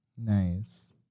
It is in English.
Nice